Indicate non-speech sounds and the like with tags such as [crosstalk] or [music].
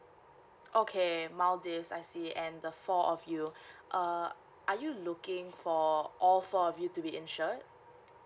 okay maldives I see and the four of you [breath] err are you looking for all four of you to be insured